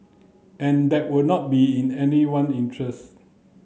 and that would not be in anyone interest